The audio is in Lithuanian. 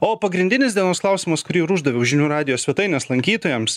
o pagrindinis dienos klausimas kurį ir uždaviau žinių radijo svetainės lankytojams